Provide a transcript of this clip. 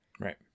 right